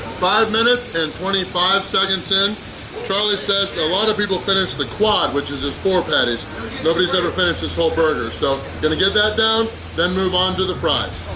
five minutes and twenty five seconds in charlie says a lot of people finish the quad which is his four patties but nobody's ever finished this whole burger so gonna get that down then move on to the fries!